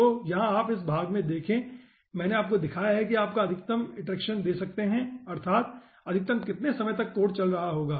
तो यहाँ आप इस भाग में देखे मैंने आपको दिखाया है कि आप अधिकतम इटरेसन दे सकते हैं अर्थात अधिकतम कितने समय तक कोड चल रहा होगा